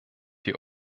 die